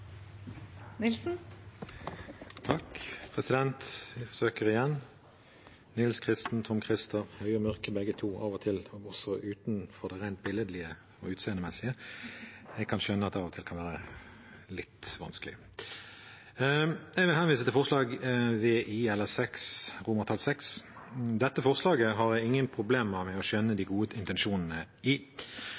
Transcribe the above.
President! Nils Kristen, Tom-Christer – vi er høye og mørke begge to, av og til også utenfor det rent billedlige og utseendemessige. Jeg kan skjønne at det kan være litt vanskelig. Jeg vil henvise til forslag VI. Dette forslaget har jeg ingen problemer med å skjønne de gode intensjonene i.